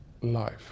life